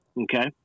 Okay